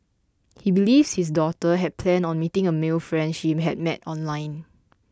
he believes his daughter had planned on meeting a male friend she had met online